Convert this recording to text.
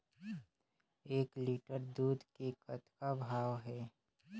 एक लिटर दूध के कतका भाव हे?